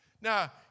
Now